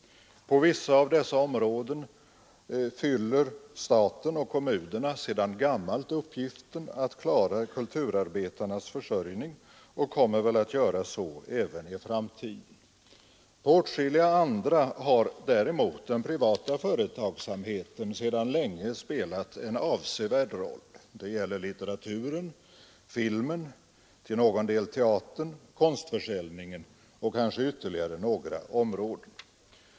På vissa av dessa områden fyller staten och kommunerna sedan gammalt uppgiften att klara kulturarbetarnas försörjning och kommer väl att göra så även i framtiden. På andra har däremot den privata företagsamheten sedan länge spelat en avsevärd roll. Det gäller litteraturen, filmen, till någon del teatern, konstförsäljningen och kanske ytterligare några områden.